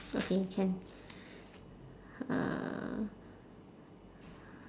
okay can uh